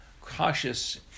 cautious